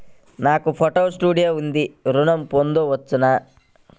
నాకు photo studio ఉంది ఋణం పొంద వచ్చునా?